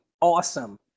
awesome